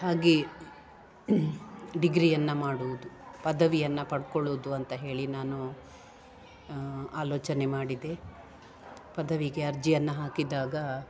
ಹಾಗೆ ಡಿಗ್ರಿಯನ್ನು ಮಾಡೋದು ಪದವಿಯನ್ನು ಪಡ್ಕೊಳುದು ಅಂತ ಹೇಳಿ ನಾನು ಆಲೋಚನೆ ಮಾಡಿದೆ ಪದವಿಗೆ ಅರ್ಜಿಯನ್ನು ಹಾಕಿದ್ದಾಗ